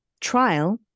trial